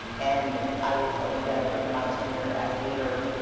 and i will tell you that during my tenure as leader,